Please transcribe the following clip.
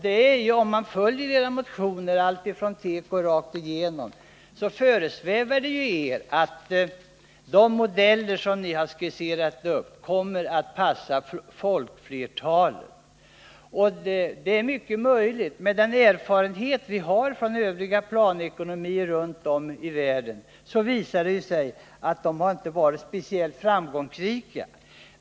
Om man följer era motioner på olika områden — i tekofrågan och rakt igenom näringspolitiken i övrigt — ser man att det föresvävar er att de modeller ni skisserat upp kommer att passa folkflertalet. Det är mycket möjligt att så är fallet. Men den erfarenhet vi har från övriga planekonomier runt om i världen visar att de inte har varit speciellt framgångsrika.